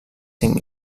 cinc